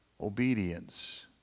obedience